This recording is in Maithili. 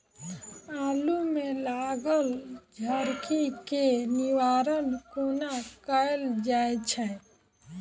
आलु मे लागल झरकी केँ निवारण कोना कैल जाय छै?